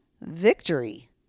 victory